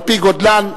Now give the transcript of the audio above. על-פי גודלן,